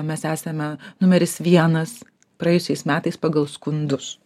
mes esame numeris vienas praėjusiais metais pagal skundus